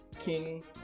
King